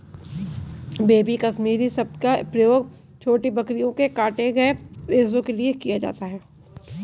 baby Kashmiri शब्द का प्रयोग छोटी बकरियों के काटे गए रेशो के लिए किया जाता है